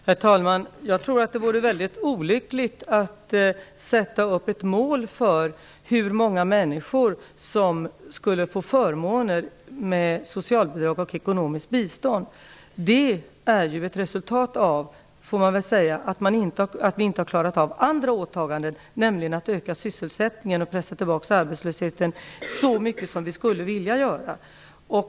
Herr talman! Jag tror att det vore mycket olyckligt att sätta upp ett mål för hur många människor som skulle få förmåner som socialbidrag och ekonomiskt bistånd. Behovet av bidrag får man väl säga är ett resultat av att vi inte har klarat av andra åtaganden, nämligen att öka sysselsättningen och pressa tillbaka arbetslösheten så mycket som vi skulle vilja göra.